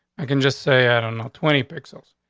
i can just say i don't know, twenty pixels.